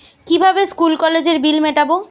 কিভাবে স্কুল কলেজের বিল মিটাব?